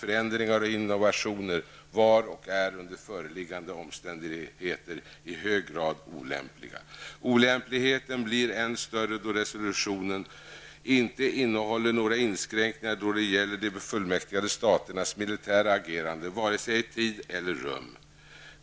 Förändringar och innovationer var och är under föreliggande omständigheter i hög grad olämpliga. Olämpligheten blir än större då resolutionen inte innehåller några inskränkningar då det gäller de befullmäktigade staternas militära agerande vare sig i tid eller i rum.